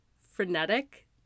frenetic